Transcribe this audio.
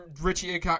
Richie